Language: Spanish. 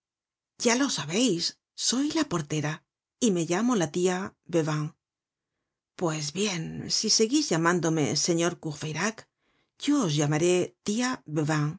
ya lo sabeis soy la portera y me llamo la tia veuvain pues bien si seguís llamándome señor courfeyrac yo os llamaré tia